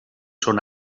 són